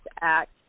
Act